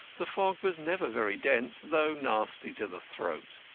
the fog was never very dense, though nasty to the throat.